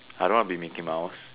I don't want to be Mickey Mouse